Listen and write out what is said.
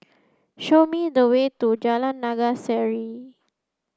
show me the way to Jalan Naga Sari